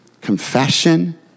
confession